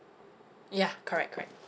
ya correct correct